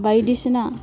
बायदिसिना